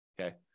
okay